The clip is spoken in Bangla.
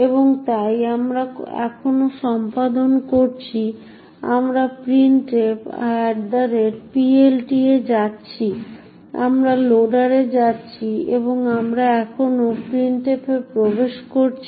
এবং তাই আমরা এখনও সম্পাদন করছি আমরা printfPLT এ যাচ্ছি আমরা লোডারে যাচ্ছি এবং আমরা এখন printf এ প্রবেশ করেছি